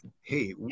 hey